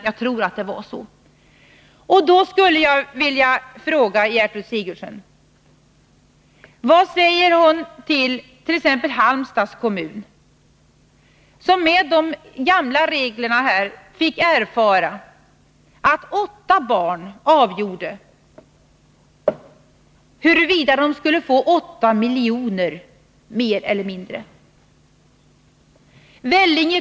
Mot den bakgrunden skulle jag vilja fråga Gertrud Sigurdsen vad hon säger till exempelvis Halmstads kommun, som under de gamla reglerna fick vara med om att åtta barn avgjorde huruvida man skulle få 8 miljoner mer i bidrag eller inte.